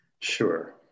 Sure